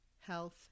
health